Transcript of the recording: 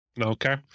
Okay